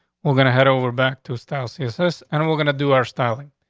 we're gonna head over back to style css. and and we're gonna do our styling.